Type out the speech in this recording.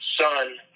son